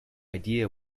idea